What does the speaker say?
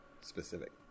specific